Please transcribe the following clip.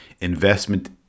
investment